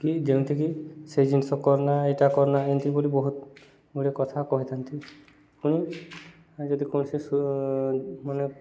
କି ଯେମିତିକି ସେଇ ଜିନିଷ କରନା ଏଇଟା କରନା ଏମିତି ବୋଲି ବହୁତ ଗୁଡ଼ିଏ କଥା କହିଥାନ୍ତି ପୁଣି ଯଦି କୌଣସି ମାନେ